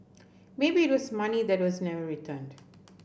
maybe it was money that was never returned